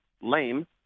lame